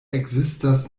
ekzistas